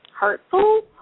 hurtful